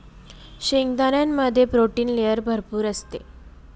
शेंगदाण्यामध्ये protein layer भरपूर असते